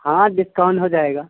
ہاں ڈسکاؤنٹ ہو جائے گا